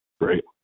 Great